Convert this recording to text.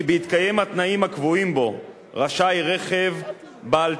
כי בהתקיים התנאים הקבועים בו רשאי בעל רכב הנושא